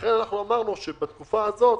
לכן אנחנו אמרנו שבתקופה הזאת